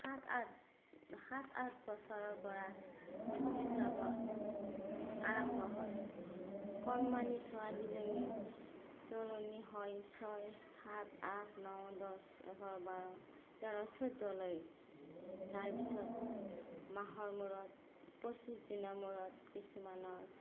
সাত আঠ সাত আঠ বছৰৰপৰা ঋতুস্ৰাবৰ আৰম্ভ হয় কণমাণি ছোৱাদীজনী তোলনি হয় ছয় সাত আঠ ন দহ এঘাৰ বাৰ তেৰ চৌধ্যলৈ তাৰ পিছত মাহৰ মূৰত পঁচিছ দিনৰ মূৰত কিছুমানৰ